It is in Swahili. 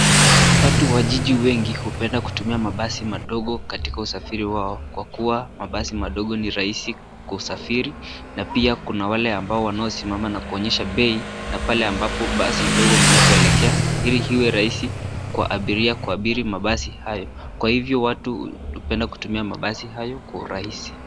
Watu wa jiji wengi hupenda kutumia mabasi ndogo katika usafiri wao kwa kuwa basi madogo ni rahizi kusafiri na pia kuna wale ambayo wanaosimama na kuonyesha pei na pale ambapo basi ndogo ambapo linapoelekea ili iwe rahizi kwa abiria kuabiri mabasi hayo kwa hivyo watu hupenda kutumia mabasi hayo kwa hurahizi.